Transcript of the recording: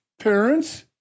Parents